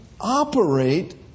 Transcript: operate